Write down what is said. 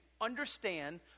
understand